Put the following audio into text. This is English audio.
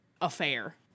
affair